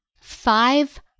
five